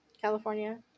California